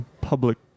public